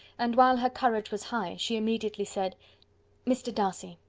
and, while her courage was high, she immediately said mr. darcy,